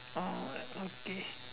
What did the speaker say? oh okay